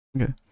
Okay